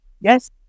Yes